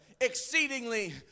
exceedingly